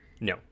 No